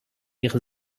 ihre